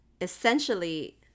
essentially